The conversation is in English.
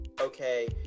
Okay